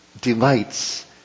delights